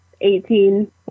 eighteen